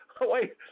wait